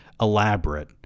elaborate